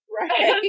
Right